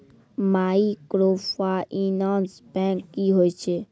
Microfinance bank की होय छै?